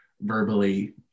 verbally